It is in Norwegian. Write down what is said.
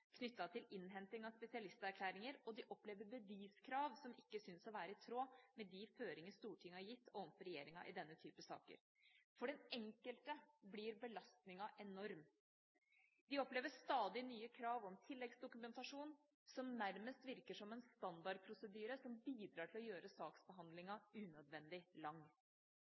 til innhenting av spesialisterklæringer, og de opplever beviskrav som ikke syns å være i tråd med de føringer Stortinget har gitt overfor regjeringa i denne type saker. For den enkelte blir belastninga enorm. De opplever stadig nye krav om tilleggsdokumentasjon som nærmest virker som en standard prosedyre, som bidrar til å gjøre saksbehandlinga unødvendig lang.